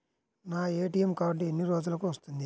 నా ATM card ఎన్ని రోజులకు వస్తుంది?